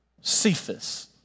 Cephas